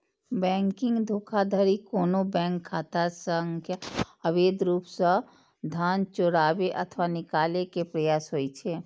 banking धोखाधड़ी कोनो bank खाता सं अवैध रूप सं धन चोराबै अथवा निकाले के प्रयास होइ छै